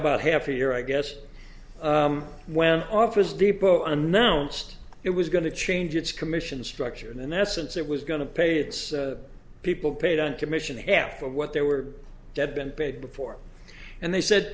about half a year i guess when office depot announced it was going to change its commission structure and in essence it was going to pay its people paid on commission half of what they were dead been paid before and they said